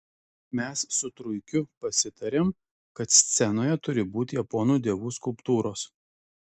mes su truikiu pasitarėm kad scenoje turi būti japonų dievų skulptūros